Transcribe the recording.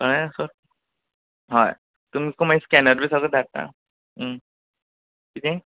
कळ्ळें सो हय तुमक मागीर स्कॅनर बी सगळें धाट्टा किदें